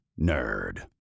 nerd